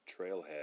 Trailhead